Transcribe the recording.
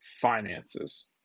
finances